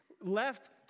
left